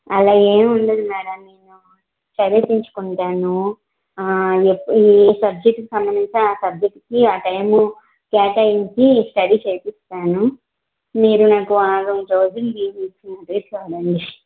అలా ఏమి ఉండదు మ్యాడమ్ నేను చదివించుకుంటాను ఎప్పు ఏ సబ్జెక్టుకు సంబంధించి ఆ సబ్జెక్ట్కి ఆ టైము కేటాయించి స్టడీ చేయిస్తాను మీరు నాకు వరం రోజులు లీవ్ ఇచ్చారు అదే చాలండి